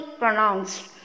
pronounced